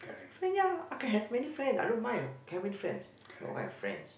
so ya I can have many friends I don't mind having friends but what kind of friends